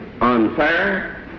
unfair